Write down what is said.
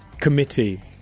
committee